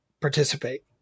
participate